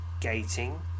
Gating